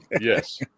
Yes